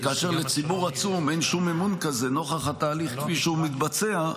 כאשר לציבור עצום אין שום אמון כזה נוכח התהליך כפי שהוא מתבצע,